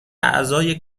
اعضای